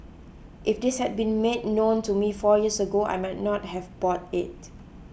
if this had been made known to me four years ago I might not have bought it